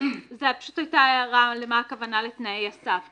פשוט היתה הערה למה הכוונה בתנאי הסף,